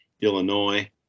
Illinois